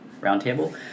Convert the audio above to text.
roundtable